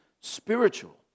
spiritual